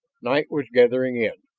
night was gathering in.